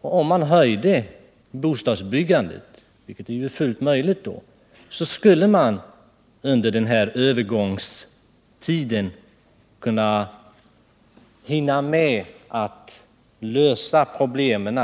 Och om man ökade bostadsbyggandet — vilket är fullt möjligt — skulle man under en övergångstid hinna med att lösa problemen